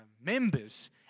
members